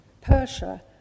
Persia